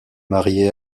mariée